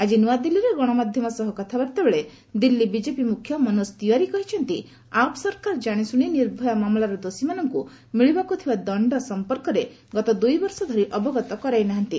ଆଜି ନୂଆଦିଲ୍ଲୀରେ ଗଣମାଧ୍ୟମ ସହ କଥାବାର୍ତ୍ତାବେଳେ ଦିଲ୍ଲୀ ବିଜେପି ମୁଖ୍ୟ ମନୋଜ ତିୱାରୀ କହିଛନ୍ତି ଆପ୍ ସରକାର ଜାଣିଶୁଣି ନିର୍ଭୟା ମାମଲାର ଦୋଷୀମାନଙ୍କୁ ମିଳିବାକୁ ଥିବା ଦଣ୍ଡ ସମ୍ପର୍କରେ ଗତ ଦୁଇବର୍ଷ ଧରି ଅବଗତ କରାଇ ନାହାନ୍ତି